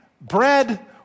bread